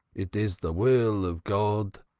it is the will of god.